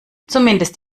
zumindest